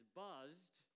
buzzed